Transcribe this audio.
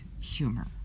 humor